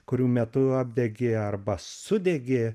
kurių metu apdegė arba sudegė